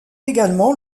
également